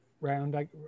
round